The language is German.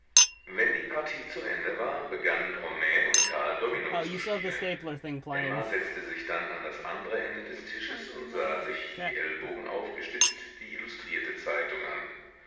wenn die partie zu ende war begannen homais und karl domino zu spielen emma setzte sich dann an das andre ende des tisches und sah sich die ellbogen aufgestützt die illustrierte zeitung an